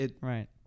Right